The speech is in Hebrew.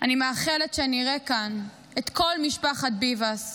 אני מאחלת שנראה כאן את כל משפחת ביבס,